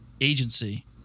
agency